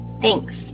thanks